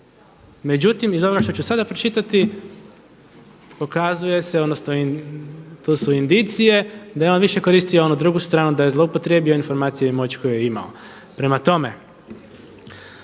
Međutim, iz onoga što ću sada pročitati pokazuje se odnosno tu su indicije da je on više koristio onu drugu stranu, da je zloupotrijebio informacije i moć koju je imao. Prema tome,